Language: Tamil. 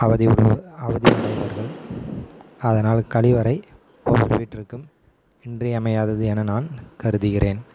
அவதிப்பட்டு அவதி அடைவார்கள் அதனால் கழிவறை ஒவ்வொரு வீட்டிற்கும் இன்றியமையாதது என நான் கருதுகிறேன்